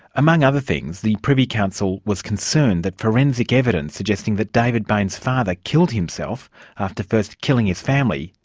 among other things, the privy council was concerned that forensic evidence suggesting that david bain's father killed himself after first killing his family,